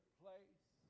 place